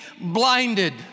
blinded